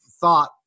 thought